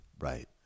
right